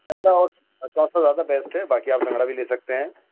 لنگڑا اور چوسا زیادہ بیسٹ ہے باکی آپ لنگڑا بھی لے سکتے ہیں